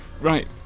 Right